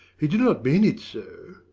he did not mean it so.